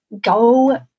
go